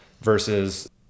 versus